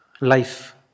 life